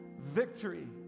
victory